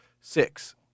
six